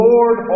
Lord